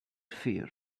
fear